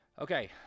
Okay